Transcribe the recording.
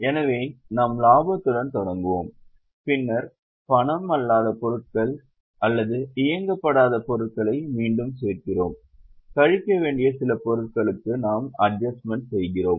எனவே நாம் லாபத்துடன் தொடங்குவோம் பின்னர் பணம் அல்லாத பொருட்கள் அல்லது இயக்கப்படாத பொருட்களை மீண்டும் சேர்க்கிறோம் கழிக்க வேண்டிய சில பொருட்களுக்கு நாம் அட்ஜஸ்ட்மென்ட் செய்கிறோம்